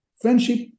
friendship